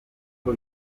uko